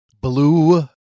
Blue